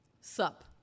sup